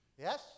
Yes